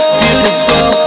beautiful